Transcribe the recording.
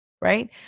right